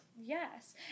Yes